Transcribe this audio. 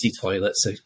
toilets